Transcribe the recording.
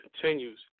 continues